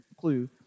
clue